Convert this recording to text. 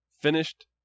Finished